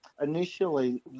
initially